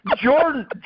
Jordan